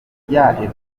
ebola